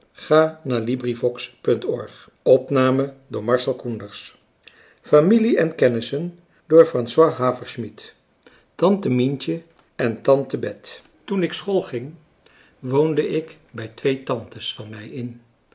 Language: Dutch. familie en kennissen tante mientje en tante bet toen ik te x schoolging woonde ik bij twee tantes van mij